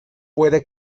puede